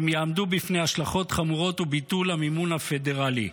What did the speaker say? הם יעמדו בפני השלכות חמורות וביטול המימון הפדרלי.